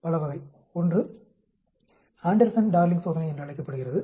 பல வகை ஒன்று ஆண்டர்சன் டார்லிங் சோதனை என்று அழைக்கப்படுகிறது